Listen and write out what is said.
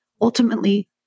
Ultimately